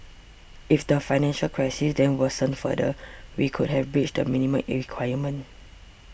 if the financial crisis then worsened further we could have breached the minimum requirement